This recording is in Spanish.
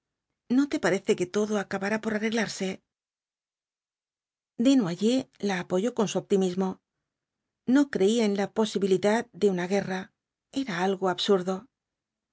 no te parece que todo acabará por arreglarse desnoyers la apoyó con su optimismo no creía en la posibilidad de una guerra era algo absurdo